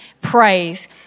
praise